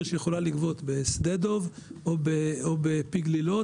שהיא יכולה לגבות בשדה דב או בפי גלילות,